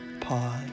pause